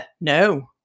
no